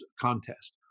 contest